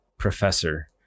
professor